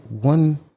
one